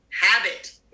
habit